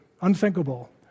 unthinkable